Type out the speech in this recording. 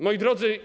Moi Drodzy!